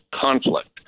conflict